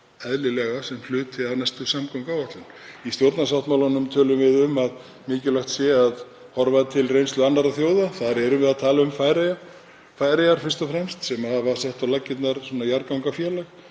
eðlilega hluti af næstu samgönguáætlun. Í stjórnarsáttmálanum tölum við um að mikilvægt sé að horfa til reynslu annarra þjóða. Þar erum við að tala um Færeyjar fyrst og fremst, þar hefur verið sett á laggirnar jarðgangafélag